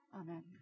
Amen